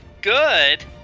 good